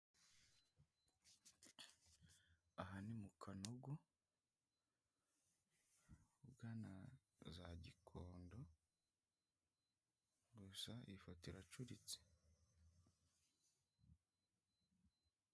Aha ni mu Kanogo ugana za Gikondo, gusa iyi ifoto iracuritse.